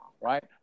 right